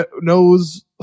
knows